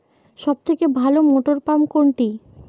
সবথেকে ভালো মটরপাম্প কোনটি?